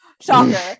shocker